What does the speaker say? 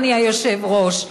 אדוני היושב-ראש: